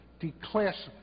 declassified